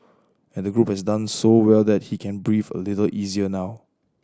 and the group has done so well that he can breathe a little easier now